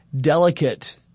delicate